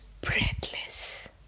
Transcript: breathless